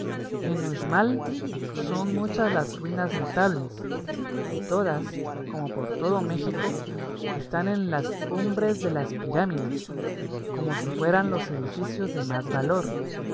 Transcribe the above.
en uxmal son muchas las ruinas notables y todas como por todo méxico están en las cumbre de las pirámides como si fueran los edificios de más valor